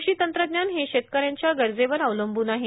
क्रषी तंत्रज्ञान हे शेतकऱ्यांच्या गरजेवर अवलंब्रन आहे